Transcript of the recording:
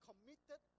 committed